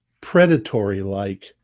predatory-like